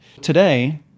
Today